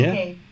Okay